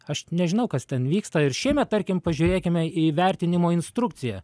aš nežinau kas ten vyksta ir šiemet tarkim pažiūrėkime į vertinimo instrukciją